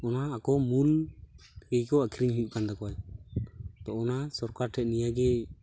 ᱚᱱᱟ ᱟᱠᱚ ᱢᱩᱞ ᱤᱭᱟᱹᱠᱚ ᱟᱹᱠᱷᱨᱤᱧ ᱦᱩᱭᱩᱜᱠᱟᱱ ᱛᱟᱠᱚᱣᱟ ᱛᱚ ᱚᱱᱟ ᱥᱚᱨᱠᱟᱨ ᱴᱷᱮᱡ ᱱᱤᱭᱟᱹᱜᱮ